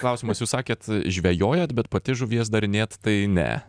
klausimas jūs sakėt žvejojat bet pati žuvies darinėt tai ne